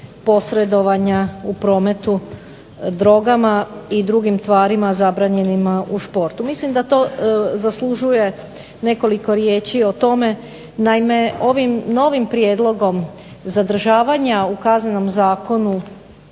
posredovanja u prometu drogama i drugim tvarima zabranjenima u športu. Mislim da to zaslužuje nekoliko riječi o tome, naime ovim novim prijedlogom zadržavanja u Kaznenom zakonu